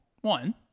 One